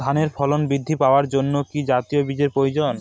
ধানে ফলন বৃদ্ধি পাওয়ার জন্য কি জাতীয় বীজের প্রয়োজন?